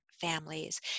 families